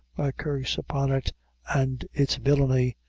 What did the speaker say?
curse upon it and its villany!